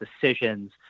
decisions